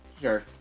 sure